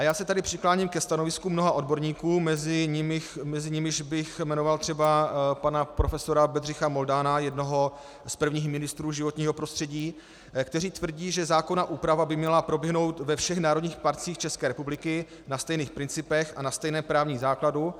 Já se tady přikláním ke stanoviskům mnoha odborníků, mezi nimiž bych jmenoval třeba pana profesora Bedřicha Moldana, jednoho z prvních ministrů životního prostředí, kteří tvrdí, že zákonná úprava by měla proběhnout ve všech národních parcích České republiky na stejných principech a na stejném právním základu.